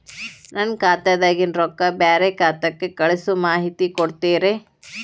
ನನ್ನ ಖಾತಾದಾಗಿನ ರೊಕ್ಕ ಬ್ಯಾರೆ ಖಾತಾಕ್ಕ ಕಳಿಸು ಮಾಹಿತಿ ಕೊಡತೇರಿ?